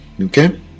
Okay